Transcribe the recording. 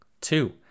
Two